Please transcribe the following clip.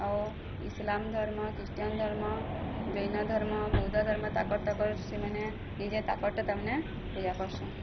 ଆଉ ଇସ୍ଲାମ୍ ଧର୍ମ ଖ୍ରୀଷ୍ଟିୟାନ୍ ଧର୍ମ ଜୈନ ଧର୍ମ ବୌଦ୍ଧ ଧର୍ମ ତାକର୍ ତାକର୍ ସେମାନେ ନିଜେ ତାକର୍ଟା ତାମାନେ ପୂଜା କରୁସନ୍